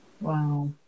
Wow